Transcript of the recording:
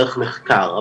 דרך מחקר,